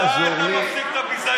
מתי אתה מפסיק את הביזיון?